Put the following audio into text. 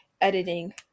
editing